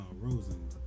Rosen